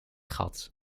gat